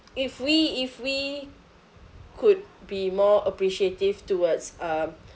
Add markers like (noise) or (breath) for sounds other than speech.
if we if we could be more appreciative towards um (breath)